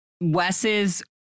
Wes's